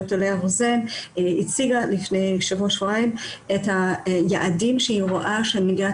דוקטור לאה רוזן הציגה לפני שבוע-שבועיים את היעדים שהיא רואה שמדינת